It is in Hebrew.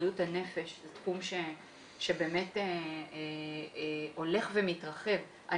בריאות הנפש שזה תחום שבאמת הולך ומתרחב.